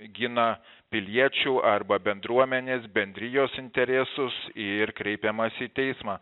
gina piliečių arba bendruomenės bendrijos interesus ir kreipiamasi teismą